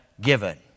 given